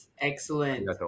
excellent